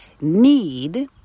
need